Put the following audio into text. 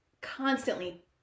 constantly